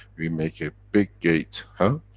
we make a big gate. huh?